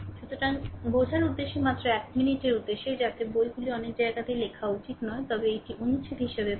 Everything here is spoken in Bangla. সুতরাং বোঝার উদ্দেশ্যে মাত্র এক মিনিটের উদ্দেশ্যে যাতে বইগুলি অনেক জায়গাতেই লেখা উচিত নয় তবে এটি অনুচ্ছেদ হিসাবে পড়ুন